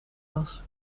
was